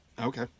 Okay